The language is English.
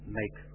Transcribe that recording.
make